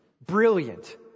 Brilliant